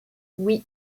oui